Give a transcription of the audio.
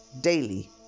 daily